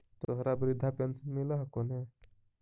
तोहरा वृद्धा पेंशन मिलहको ने?